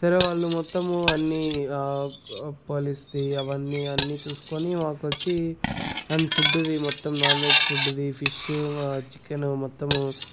సరే వాళ్ళు మొత్తము అన్నీ పరిస్థితి అవన్నీ అన్నీ చూసుకొని మాకొచ్చి అండ్ ఫుడ్డుది మొత్తం నాన్ వెజ్ ఫుడ్డుది ఫిష్షు చికెను మొత్తము